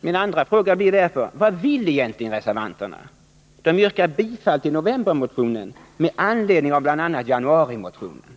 Min andra fråga blir därför: Vad vill egentligen reservanterna? De yrkar bifall till novembermotionen ”med anledning av” bl.a. januarimotionen.